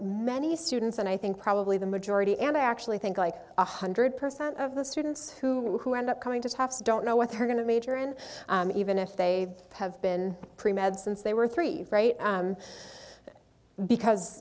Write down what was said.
many students and i think probably the majority and i actually think like one hundred percent of the students who who end up coming to don't know what they're going to major in even if they have been pre med since they were three right because